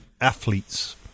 athletes